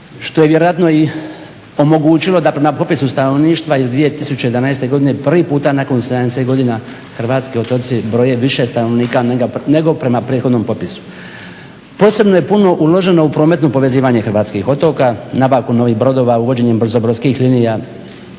što je vjerojatno i omogućilo da na popisu stanovništva iz 2011. godine prvi puta nakon 70 godina hrvatski otoci broje više stanovnika nego prema prethodnom popisu. Posebno je puno uloženo u prometno povezivanje hrvatskih otoka – nabavku novih brodova, uvođenjem brzo brodskih linija,